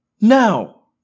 Now